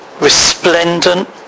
resplendent